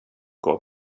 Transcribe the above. går